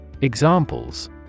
Examples